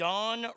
Don